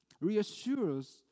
reassures